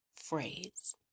phrase